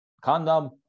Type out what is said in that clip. condom